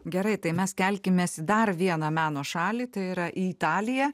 gerai tai mes kelkimės į dar vieną meno šalį tai yra į italiją